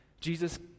Jesus